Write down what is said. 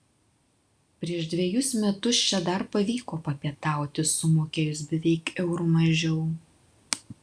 prieš dvejus metus čia dar pavyko papietauti sumokėjus beveik euru mažiau